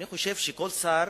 אני חושב שכל שר